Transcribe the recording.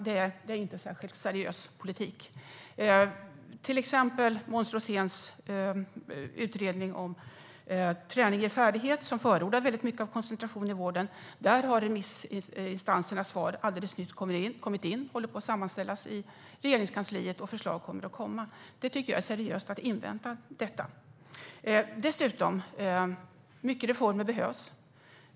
Det är inte en särskilt seriös politik, herr talman. Till exempel när det gäller Måns Roséns utredning, Träning ger färdighet - Koncentrera vården för patientens bästa , där koncentration i vården förordas väldigt mycket, har remissinstansernas svar alldeles nyligen kommit in och håller på att sammanställas i Regeringskansliet och förslag kommer att komma. Jag tycker att det är seriöst att invänta detta. Många reformer behövs.